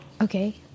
Okay